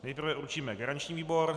Nejprve určíme garanční výbor.